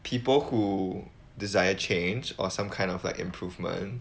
people who desire change or some kind of like improvement